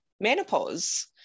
menopause